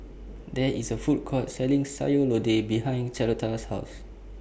There IS A Food Court Selling Sayur Lodeh behind Carlotta's House